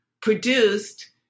produced